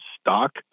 stock